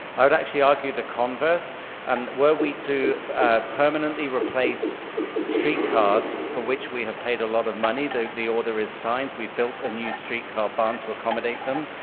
i would actually argue the converse and were we to permanently replace streetcars for which we have paid a lot of money, though the order is signed, we've built a new streetcar barn to accommodate them,